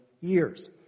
years